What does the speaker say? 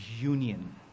union